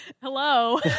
Hello